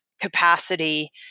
capacity